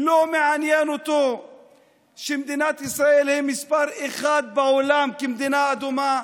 לא מעניין אותו שמדינת ישראל היא מספר אחת בעולם כמדינה אדומה.